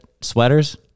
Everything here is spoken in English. sweaters